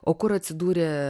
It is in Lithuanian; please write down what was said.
o kur atsidūrė